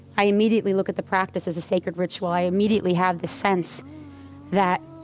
i immediately look at the practice as a sacred ritual. i immediately have the sense that